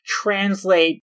translate